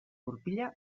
gurpila